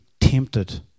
tempted